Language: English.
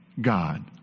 God